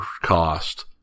cost